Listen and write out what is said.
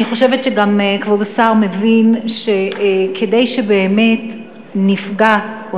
אני חושבת שגם כבוד השר מבין שכדי שבאמת נפגע או